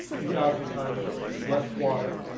two thousand times less water,